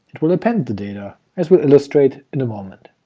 it will append the data as we'll illustrate in a moment.